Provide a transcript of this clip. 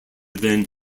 than